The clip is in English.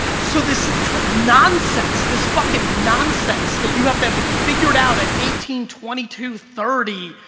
so this nonsense, this fuckin' nonsense that you have to have it figured out at eighteen, twenty two, thirty,